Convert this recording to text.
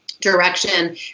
direction